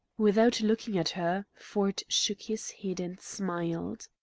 without looking at her, ford shook his head and smiled.